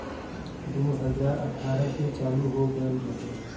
दू हज़ार अठारह से चालू हो गएल रहे